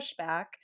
pushback